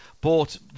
bought